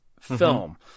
film